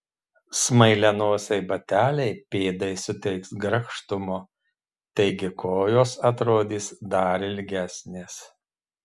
smailianosiai bateliai pėdai suteiks grakštumo taigi kojos atrodys dar ilgesnės